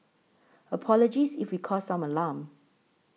apologies if we caused some alarm